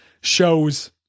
shows